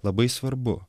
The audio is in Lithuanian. labai svarbu